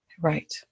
Right